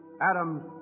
Adams